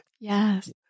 Yes